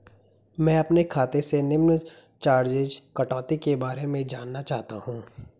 मैं अपने खाते से निम्न चार्जिज़ कटौती के बारे में जानना चाहता हूँ?